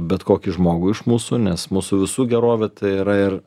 bet kokį žmogų iš mūsų nes mūsų visų gerovė tai yra ir